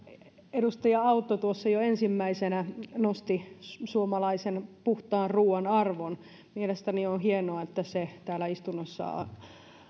edustaja autto tuossa jo ensimmäisenä nosti suomalaisen puhtaan ruuan arvon mielestäni on hienoa että se täällä istunnossa